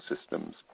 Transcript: systems